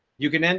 you can, and